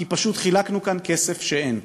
כי פשוט חילקנו כאן כסף שאין.